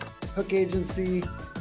HookAgency